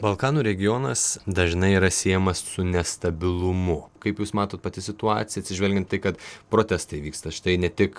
balkanų regionas dažnai yra siejamas su nestabilumu kaip jūs matot pati situaciją atsižvelgiant tai kad protestai vyksta štai ne tik